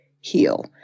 heal